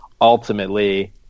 ultimately